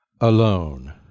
alone